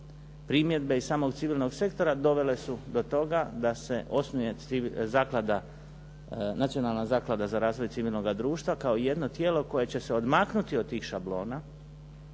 primjedbe i samog civilnog sektora dovele su do toga da se osnuje nacionalna zaklada za razvoj civilnoga društva kao jedno tijelo koje će se odmaknuti od tih šablona,